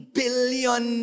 billion